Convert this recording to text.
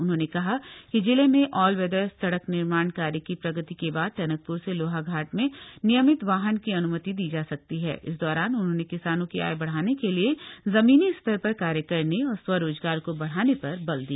उन्होंने कहा कि जिले में ऑलवेदर सड़क निर्माण कार्य की प्रगति के बाद टनकप्र से लाहाघाट में नियमित वाहन की अन्मति दी जा सकती हण इस दौरान उन्होंने किसानों की थ्य बढ़ाने के लिए जमीनी स्तर पर कार्य करने और स्वराजगार का बढ़ाने पर बल दिया